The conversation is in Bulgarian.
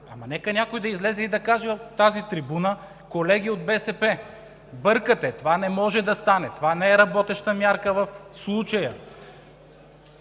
но нека някой да излезе и да каже от тази трибуна: „Колеги от БСП, бъркате. Това не може да стане, в случая това не е работеща мярка. Условията